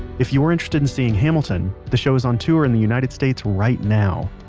if you're interested in seeing hamilton, the show is on tour in the united states right now.